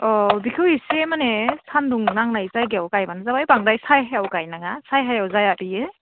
अ बेखौ इसे माने सान्दुं नांनाय जायगायाव गायबानो जाबाय बांद्राय सायाआव गायनाङा सायायाव जाया बियो